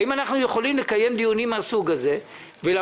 האם אנחנו יכולים לקיים דיונים מן הסוג הזה ולבוא